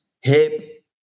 hip